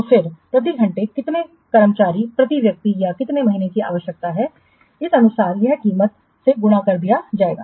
तो फिर प्रति घंटे कितने कर्मचारी प्रति व्यक्ति या कितने महीने की आवश्यकता है तदनुसार यह कीमत से गुणा किया जाएगा